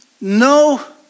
no